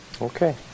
Okay